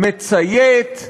מציית,